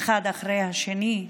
השני